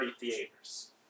theaters